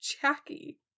Jackie